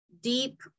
deep